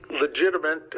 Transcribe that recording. legitimate